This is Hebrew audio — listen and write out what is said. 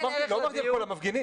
לא אמרתי על כל המפגינים.